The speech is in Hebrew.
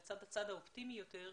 לצד הצד האופטימי יותר,